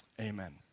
Amen